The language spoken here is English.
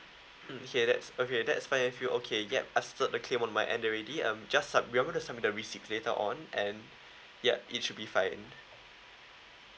mm okay that's okay that's fine if you okay get us the the came on my end already um just sub~ remember to submit the receipt later on and yup it should be fine